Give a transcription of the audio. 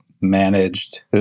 managed